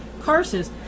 curses